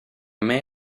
may